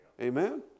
Amen